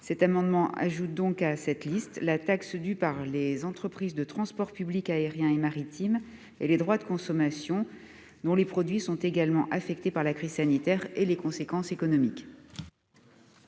Cet amendement ajoute à cette liste la taxe due par les entreprises de transport public aérien et maritime et des droits de consommation, dont les produits sont également affectés par la crise sanitaire et ses conséquences économiques.